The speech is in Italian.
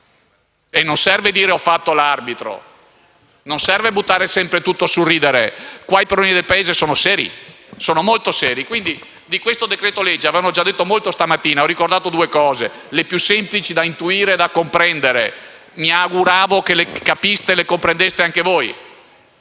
e non serve dire «ho fatto l'arbitro», non serve buttare sempre tutto sul ridere. I problemi del Paese sono molto seri. Di questo decreto-legge si è già detto molto questa mattina; io ho ricordato due cose, le più semplici da intuire e da comprendere, e mi auguravo che le capiste e le comprendeste anche voi.